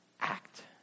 act